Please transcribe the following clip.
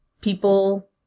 people